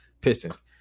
Pistons